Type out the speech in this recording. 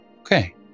Okay